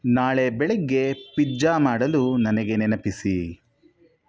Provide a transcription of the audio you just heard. ನಾಳೆ ಬೆಳಿಗ್ಗೆ ಪಿಜ್ಜಾ ಮಾಡಲು ನನಗೆ ನೆನಪಿಸಿ